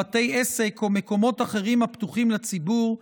בתי עסק או מקומות אחרים הפתוחים לציבור,